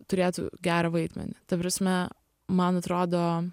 turėtų gerą vaidmenį ta prasme man atrodo